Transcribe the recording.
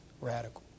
radical